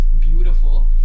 beautiful